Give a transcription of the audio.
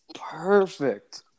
perfect